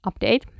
update